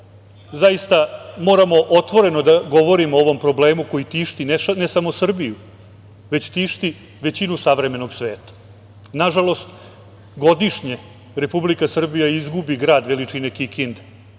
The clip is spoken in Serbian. zaista moramo otvoreno da govorimo o ovom problemu koji tišti ne samo Srbiju, već tišti većinu savremenog svega. Nažalost, godišnje Republika Srbija izgubi grad veličine Kikinde,